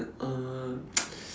uh